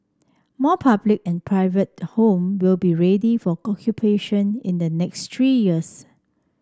more public and private home will be ready for occupation in the next three years